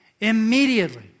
immediately